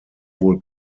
wohl